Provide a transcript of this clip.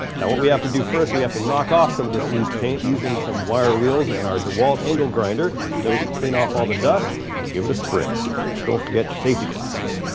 now what we have to do first, we have to knock off some of this loose paint, using some wire wheels and our dewalt angle grinder then we can clean off all the dust and give it a spritz. just don't forget your safety glasses